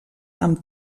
amb